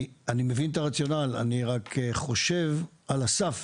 אני מבין את הרציונל, אבל חושב על הסף,